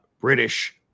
British